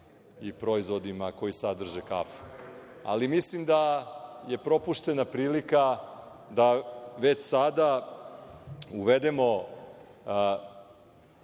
i proizvodima koji sadrže kafu. Mislim da je propuštena prilika da već sada uvedemo